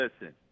Listen